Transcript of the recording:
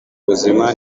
buzima